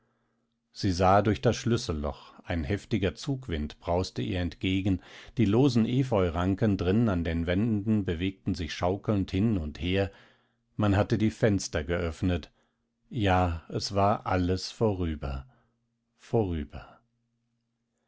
sie sah durch das schlüsselloch ein heftiger zugwind brauste ihr entgegen die losen epheuranken drin an den wänden bewegten sich schaukelnd hin und her man hatte die fenster geöffnet ja es war alles vorüber vorüber